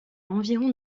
environ